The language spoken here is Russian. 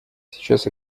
сейчас